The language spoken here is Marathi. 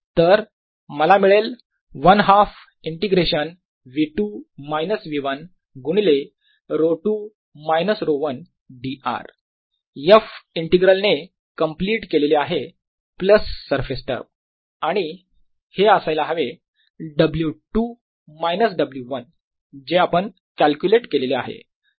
तर मला मिळेल 1 half integration V2 minus V1 गुणिले ρ2 मायनस ρ1 dr f इंटीग्रल ने कंप्लीट केलेले आहे प्लस सरफेस टर्म आणि हे असायला हवे W2 मायनस W1 जे आपण कॅल्क्युलेट केलेले आहे